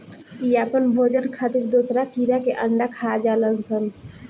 इ आपन भोजन खातिर दोसरा कीड़ा के अंडा खा जालऽ सन